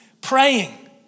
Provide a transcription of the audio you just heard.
praying